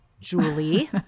Julie